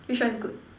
which one is good